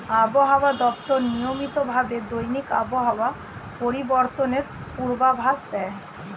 আবহাওয়া দপ্তর নিয়মিত ভাবে দৈনিক আবহাওয়া পরিবর্তনের পূর্বাভাস দেয়